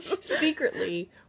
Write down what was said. Secretly